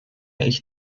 ich